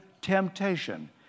temptation